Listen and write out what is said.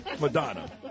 Madonna